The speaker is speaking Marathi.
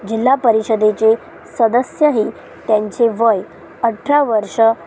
जिल्हा परिषदेचे सदस्यही त्यांचे वय अठरा वर्ष